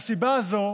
מהסיבה הזאת